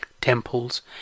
temples